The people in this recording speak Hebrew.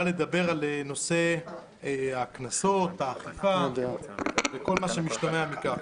לדבר על נושא הקנסות והאכיפה וכל מה שמשתמע מכך.